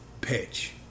pitch